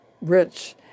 rich